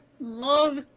love